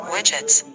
Widgets